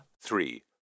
Three